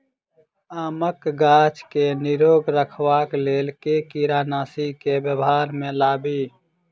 आमक गाछ केँ निरोग रखबाक लेल केँ कीड़ानासी केँ व्यवहार मे लाबी?